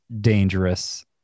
dangerous